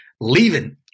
leaving